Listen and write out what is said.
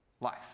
life